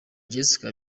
jessica